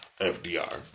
FDR